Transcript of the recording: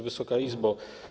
Wysoka Izbo!